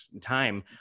time